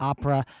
Opera